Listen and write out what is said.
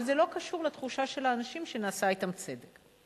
אבל זה לא קשור לתחושה של האנשים שנעשה אתם צדק.